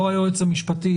לא היועץ המשפטי,